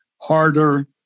harder